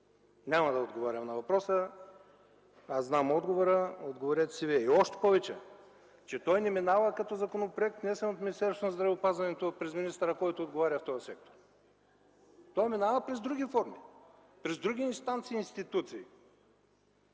Няма да отговарям на въпроса. Аз знам отговора. Отговорете си вие. Още повече, че той не минава като законопроект, внесен от Министерство на здравеопазването и през министъра, който отговаря за този сектор. Той минава през други форми, през други инстанции и институции.